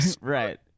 right